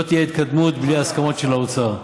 לא תהיה התקדמות בלי הסכמות של האוצר.